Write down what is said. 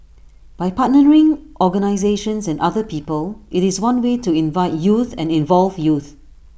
by partnering organisations and other people IT is one way to invite youth and involve youth